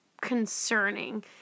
concerning